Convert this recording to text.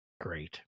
Great